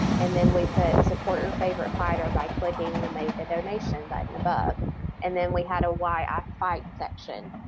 and then we put support your favorite fighter by clicking the make a donation button above and then we had a why i fight section.